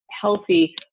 healthy